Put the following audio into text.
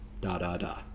da-da-da